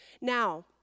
Now